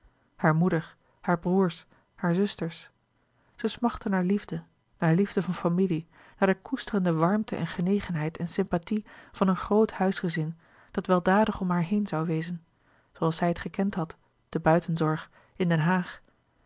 hare moeder hare broêrs hare zusters zij smachtte naar liefde naar liefde van familie naar de koesterende warmte en genegenheid en sympathie van een groot huisgezin dat weldadig om haar heen zoû wezen zooals zij het gekend had te buitenzorg in den haag